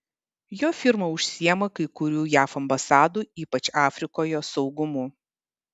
jo firma užsiima kai kurių jav ambasadų ypač afrikoje saugumu